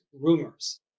rumors